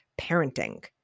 parenting